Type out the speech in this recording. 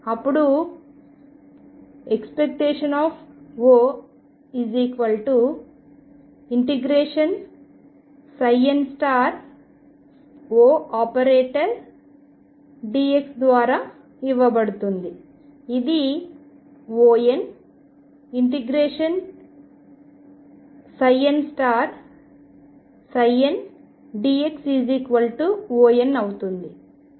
అప్పుడు ⟨O⟩ ∫nOndx ద్వారా ఇవ్వబడుతుంది ఇది On ∫nndx On అవుతుంది